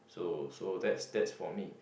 so so that's that's for me